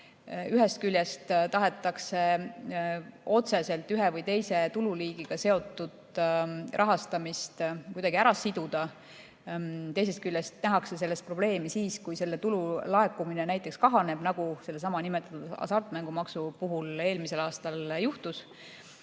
ühest küljest tahetakse otseselt ühe või teise tululiigiga seotud rahastamist kuidagi ära siduda. Teisest küljest nähakse selles probleemi siis, kui selle tulu laekumine kahaneb, nagu sellesama nimetatud hasartmängumaksu puhul eelmisel aastal juhtus.